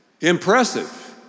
impressive